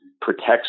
protects